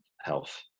health